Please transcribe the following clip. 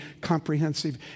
comprehensive